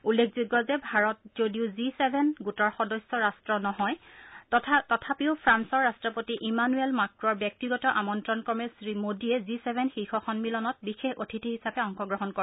উল্লেখযোগ্য যে ভাৰত যদিও জি ছেভেন গোটৰ সদস্য ৰাট্ট নহয় তথাপিও ফ্ৰালৰ ৰাষ্ট্ৰপতি ইমানুৱেল মাক্ৰ'ৰ ব্যক্তিগত আমন্ত্ৰণ ক্ৰমে শ্ৰীমোডীয়ে জি ছেভেন শীৰ্ষ সন্মিলনত বিশেষ অতিথি হিচাপে অংশগ্ৰহণ কৰে